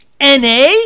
NA